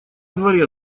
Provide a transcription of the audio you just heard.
дворе